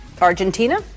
Argentina